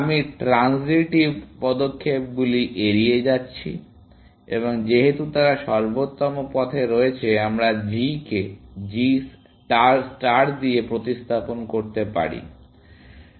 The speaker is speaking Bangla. আমি ট্রানজিটিভ পদক্ষেপগুলি এড়িয়ে যাচ্ছি এবং যেহেতু তারা সর্বোত্তম পথে রয়েছে আমরা g কে g ষ্টার দিয়ে প্রতিস্থাপন করতে পারি